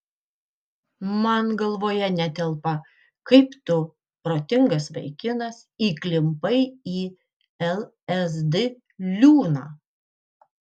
man galvoje netelpa kaip tu protingas vaikinas įklimpai į lsd liūną